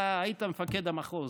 אתה היית מפקד המחוז,